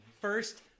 First